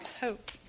hope